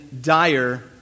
dire